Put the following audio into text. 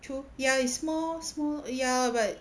true ya it's small small ya but